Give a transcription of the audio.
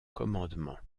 commandement